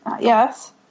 yes